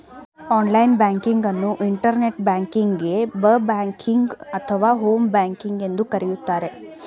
online banking ಅನ್ನು internet ಬ್ಯಾಂಕಿಂಗ್ವೆ, ಬ್ ಬ್ಯಾಂಕಿಂಗ್ ಅಥವಾ ಹೋಮ್ ಬ್ಯಾಂಕಿಂಗ್ ಎಂದು ಕರೆಯುತ್ತಾರೆ